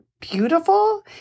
beautiful